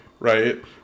Right